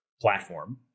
platform